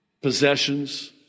possessions